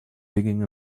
digging